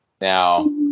Now